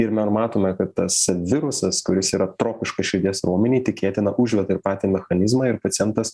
ir nor matome kad tas virusas kuris yra tropiškas širdies raumenį tikėtina užveda ir patį mechanizmą ir pacientas